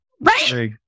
Right